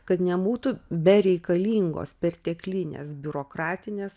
kad nebūtų bereikalingos perteklinės biurokratinės